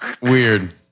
Weird